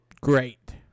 Great